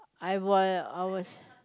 I was I was